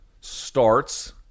starts